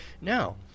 Now